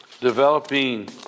developing